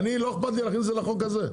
לא אכפת לי להכניס את ההקפאה הזאת לחוק הזה.